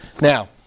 Now